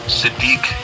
sadiq